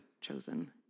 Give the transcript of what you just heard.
chosen